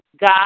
God